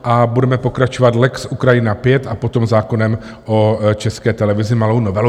A budeme pokračovat lex Ukrajina V a potom zákonem o České televizi, malou novelou.